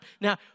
Now